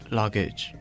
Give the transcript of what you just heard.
luggage